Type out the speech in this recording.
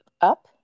Up